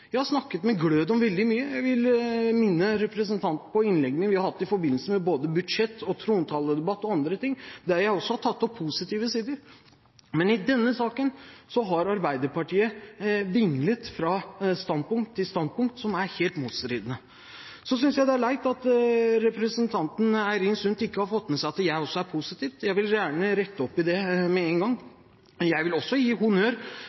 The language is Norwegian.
Jeg vil minne representanten på innleggene vi har hatt i forbindelse med både budsjett- og trontaledebatt og andre ting, der jeg også har tatt opp positive sider. Men i denne saken har Arbeiderpartiet vinglet fra standpunkt til standpunkt som er helt motstridende. Så synes jeg det er leit at representanten Eirin Sund ikke har fått med seg at jeg også er positiv. Jeg vil gjerne rette opp i det med en gang. Jeg vil også gi honnør